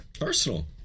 Arsenal